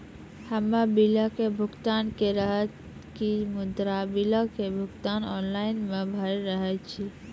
हम्मे बिलक भुगतान के रहल छी मुदा, बिलक भुगतान ऑनलाइन नै भऽ रहल छै?